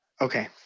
Okay